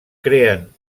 creen